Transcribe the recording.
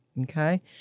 Okay